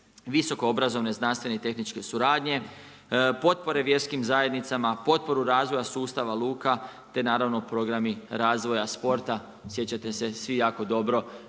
visoko obrazovanje, znanstvene i tehničke suradnje, potpore vjerskim zajednicama, potporu razvoja sustava luka te naravno programi razvoja sporta. Sjećate se svi jako dobro